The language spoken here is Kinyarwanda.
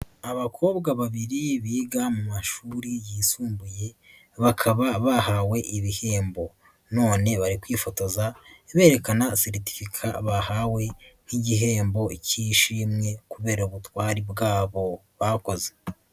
Abakobwa babiri biga mu mashuri yisumbuye, bakaba bahawe ibihembo. None bari kwifotoza berekana seritifika bahawe nk'igihembo k'ishimwe kubera ubutwari bwabo bakoze.